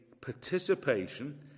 participation